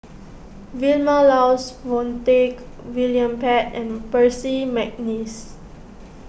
Vilma Laus Montague William Pett and Percy McNeice